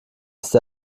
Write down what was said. ist